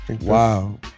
Wow